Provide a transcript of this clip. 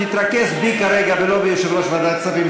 תתרכז בי כרגע ולא ביושב-ראש ועדת הכספים.